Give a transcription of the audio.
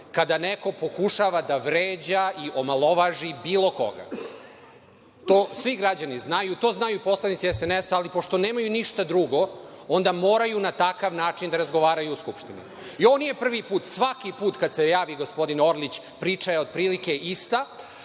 kada neko pokušava da vređa i omalovaži bilo koga. To svi građani znaju. To znaju i poslanici SNS, ali pošto nemaju ništa drugo, onda moraju na takav način da razgovaraju u Skupštini. Ovo nije prvi put. Svaki put kada se javi gospodin Orlić priča je otprilike ista.